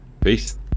Peace